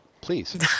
Please